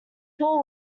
paul